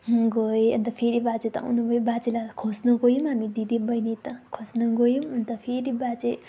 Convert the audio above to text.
म गएँ अन्त फेरि बाजे त आउनुभयो बाजेलाई खोज्नु गयौँ हामी दिदी बैनी त खोज्न गयौँ अन्त फेरि बाजे